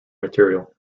material